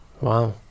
Wow